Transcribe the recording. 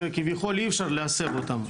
שכביכול אי אפשר להסב אותם,